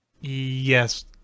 Yes